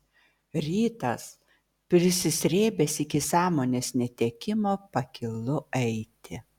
rytas prisisrėbęs iki sąmonės netekimo pakylu eiti